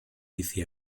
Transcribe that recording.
bici